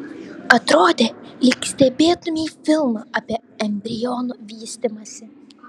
atrodė lyg stebėtumei filmą apie embrionų vystymąsi